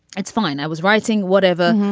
that's fine. i was writing whatever.